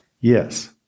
Yes